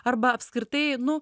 arba apskritai nu